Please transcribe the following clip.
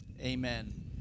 amen